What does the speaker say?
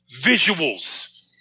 visuals